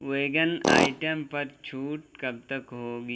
vegan item پر چھوٹ کب تک ہوگی